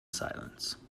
silence